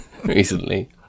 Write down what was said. recently